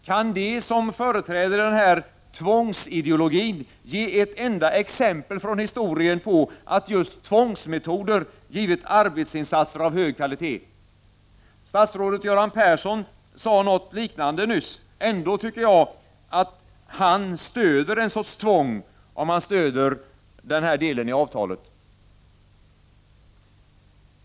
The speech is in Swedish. Kan de, som företräder den här ”tvångsideologin” ge ett enda exempel från historien på att just tvångsmetoder givit arbetsinsatser av hög kvalitet? Statsrådet Göran Persson sade något liknande nyss, ändå tycker jag att han stöder ett slags tvång om han stöder den här delen av avtalet.